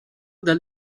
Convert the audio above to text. dal